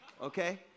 Okay